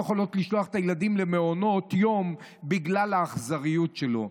יכולות לשלוח את הילדים למעונות יום בגלל האכזריות שלו.